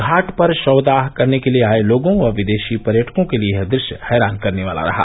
घाट पर शवदाह करने के लिए आए लोगों व विदेशी पर्यटकों के लिए यह दृश्य हैरान करने वाला रहा